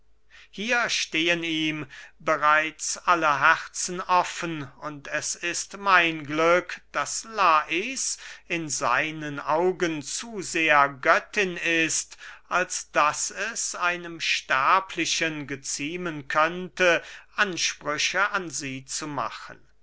hier stehen ihm bereits alle herzen offen und es ist mein glück daß lais in seinen augen zu sehr göttin ist als daß es einem sterblichen geziemen könnte ansprüche an sie zu machen